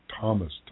Thomas